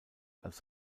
als